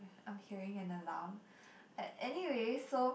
I'm hearing an alarm but anyway so